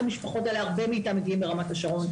המשפחות האלה כי הרבה משפחות מגיעות מרמת השרון,